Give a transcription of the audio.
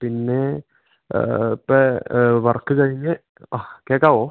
പിന്നേ ഇപ്പെ വർക്ക് കഴിഞ്ഞ് കേക്കാവോ